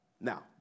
Now